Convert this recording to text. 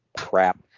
crap